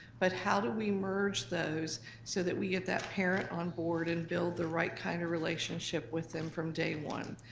but how do we merge those so that we get that parent on board and build the right kind of relationship with them from day one?